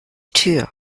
tür